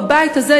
בבית הזה,